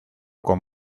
con